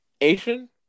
Asian